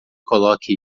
coloque